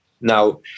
Now